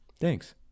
Thanks